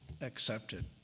accepted